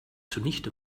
zunichte